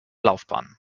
laufbahn